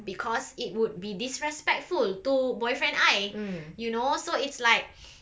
because it would be disrespectful to boyfriend I you know so it's like